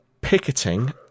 picketing